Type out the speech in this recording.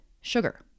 sugar